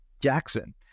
Jackson